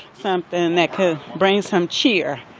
something that could bring some cheer